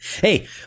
Hey